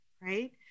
right